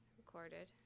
recorded